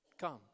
Come